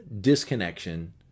disconnection